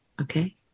Okay